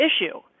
issue